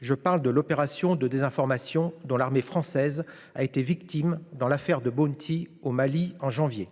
je parle de l'opération de désinformation, dont l'armée française a été victime dans l'affaire de Bounty au Mali, en janvier,